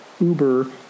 Uber